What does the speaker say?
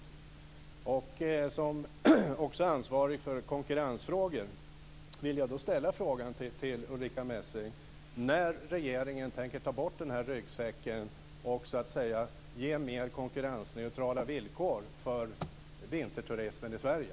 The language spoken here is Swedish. Eftersom Ulrica Messing också är ansvarig för konkurrensfrågor vill jag ställa en fråga: När tänker regeringen ta bort den här ryggsäcken och ge mer konkurrensneutrala villkor för vinterturismen i Sverige?